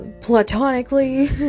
platonically